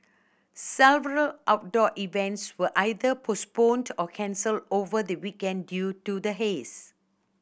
several outdoor events were either postponed or cancelled over the weekend due to the haze